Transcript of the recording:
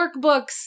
workbooks